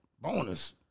bonus